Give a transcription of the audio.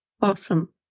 Awesome